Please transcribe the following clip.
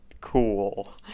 Cool